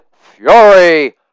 fury